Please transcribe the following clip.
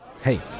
Hey